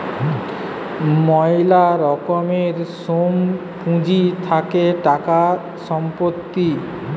ময়লা রকমের সোম পুঁজি থাকে টাকা, সম্পত্তি